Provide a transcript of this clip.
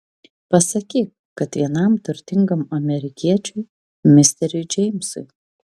pasakyk kad vienam turtingam amerikiečiui misteriui džeimsui